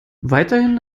weiterhin